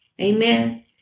Amen